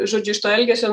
žodžiu iš to elgesio